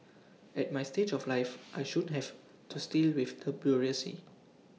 at my stage of life I shun having tooth deal with the bureaucracy